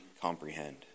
comprehend